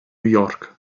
york